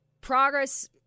Progress